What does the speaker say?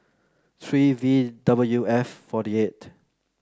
three V W F forty eight